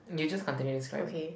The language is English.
you just continue describing